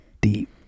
deep